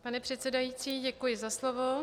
Pane předsedající, děkuji za slovo.